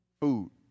food